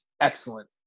excellent